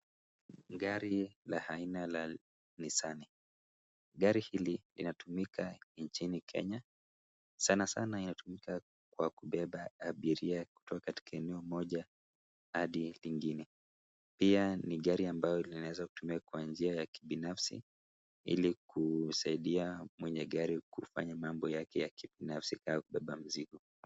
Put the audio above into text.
Gari la aina la Nissan. Gari hili inatumika nchini Kenya, sana sana inatumika kwa kubeba abiria kutoka katika eneo moja hadi lingine. Pia ni gari ambayo linaeza kutumiwa kwa njia ya kibinafsi ili kusaidia mwenye gari kufanya mambo yake ya kibinafsi kaa kubeba mizigo.